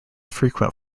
frequent